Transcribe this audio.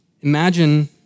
Imagine